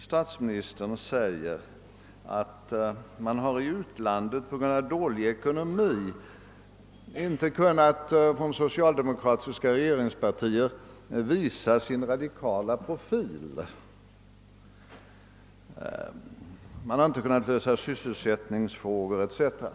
Statsministern säger att socialdemokratiska regeringspartier i utlandet på grund av ländernas svaga ekonomi inte kunnat visa sin radikala profil, lösa sysselsättningsproblem m.m.